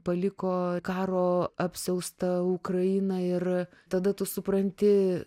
paliko karo apsiaustą ukrainą ir tada tu supranti